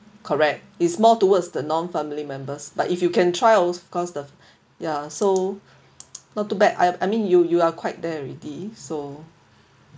correct it's more towards the non family members but if you can try o~ cause the ya so not too bad I I mean you you are quite there already so